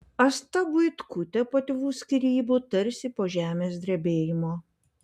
asta buitkutė po tėvų skyrybų tarsi po žemės drebėjimo